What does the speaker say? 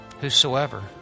Whosoever